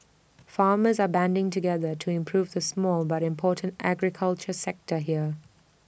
farmers are banding together to improve the small but important agriculture sector here